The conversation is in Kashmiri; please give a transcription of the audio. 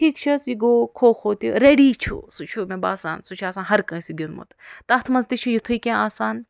ٹھیٖک چھُ حظ یہ گوو کھو کھو تہِ ریڈی چھُ سُہ چھُ مےٚ باسان سُہ چھُ آسان ہرٕ کٲنسہِ گیُنٛدمُت تَتھ منٛز تہِ چھُ یِتھُے کینٛہہ آسان